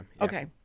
okay